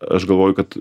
aš galvoju kad